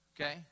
okay